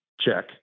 check